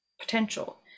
potential